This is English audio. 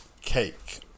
cake